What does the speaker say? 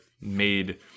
made